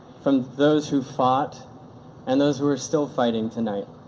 from those who fought and those who are still fighting tonight.